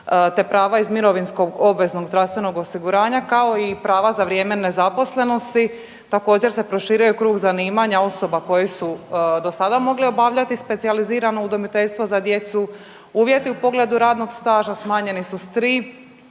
te prava iz mirovinskog obveznog zdravstvenog osiguranja, kao i prava za vrijeme nezaposlenosti. Također se proširuje i krug zanimanja osoba koje su do sada mogle obavljati specijalizirano udomiteljstvo za djecu, uvjeti u pogledu radnog staža smanjeni su s tri